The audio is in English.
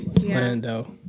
Lando